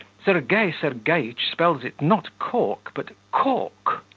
sergei sergeitch spells it not cork, but kork